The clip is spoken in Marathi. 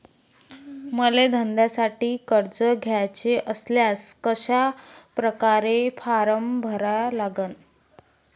मले धंद्यासाठी कर्ज घ्याचे असल्यास कशा परकारे फारम भरा लागन?